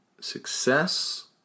success